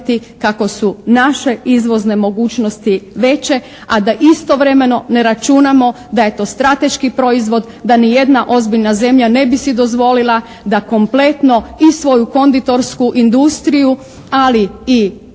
kako su naše izvozne mogućnosti veće, a da istovremeno ne računamo da je to strateški proizvod, da ni jedna ozbiljna zemlja ne bi si dozvolila da kompletno i svoju konditorsku industriju, ali i potrebe